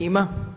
Ima.